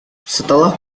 setelah